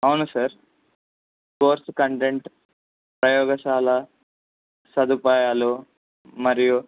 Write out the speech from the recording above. అవును sir course content ప్రయోగశాల సదుపాయాలు మరియు